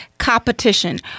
competition